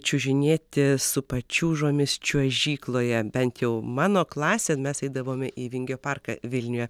čiužinėti su pačiūžomis čiuožykloje bent jau mano klasė mes eidavome į vingio parką vilniuje